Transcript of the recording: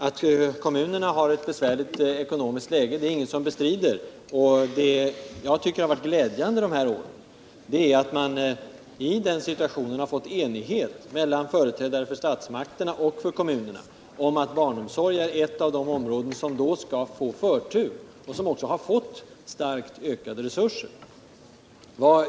Att kommunerna har ett besvärligt ekonomiskt läge är det ingen som bestrider. Vad jag tycker har varit glädjande under de här åren är att vi i den situationen har fått enighet mellan företrädare för statsmakterna och företrädare för kommunerna om att barnomsorgen är ett av de områden som skall ha förtur och att den också har fått starkt ökade resurser.